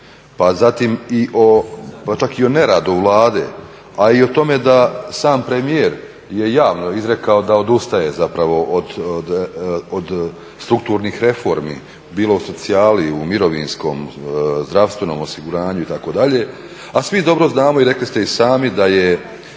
pa zatim i o, pa čak i neradu Vlade, a i o tome da sam premijer je javno izrekao da odustaje zapravo od strukturnih reformi, bilo u socijali, u mirovinskom, zdravstvenom osiguranju, itd., a svi dobro znamo i rekli ste i sami da je